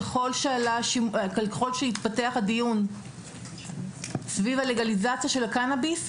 וככל שהתפתח הדיון סביב הלגליזציה של הקנביס,